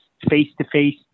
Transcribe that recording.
face-to-face